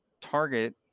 target